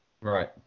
Right